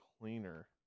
cleaner